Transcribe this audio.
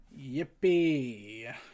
yippee